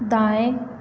दाएँ